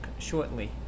shortly